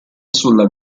sulla